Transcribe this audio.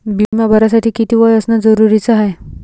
बिमा भरासाठी किती वय असनं जरुरीच हाय?